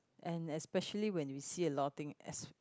and especially when you see a lot of thing as